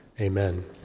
amen